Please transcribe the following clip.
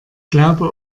glaube